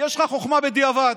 חוכמה בדיעבד.